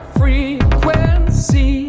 frequency